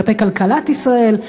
כלפי כלכלת ישראל.